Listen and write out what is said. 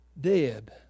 dead